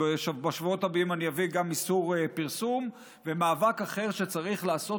בשבועות הבאים אני אביא גם איסור פרסום ומאבק אחר שצריך לעשות,